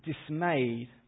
dismayed